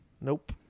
Nope